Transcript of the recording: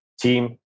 team